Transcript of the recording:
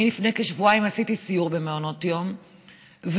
לפני כשבועיים עשיתי סיור במעונות יום וראיתי